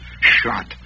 shot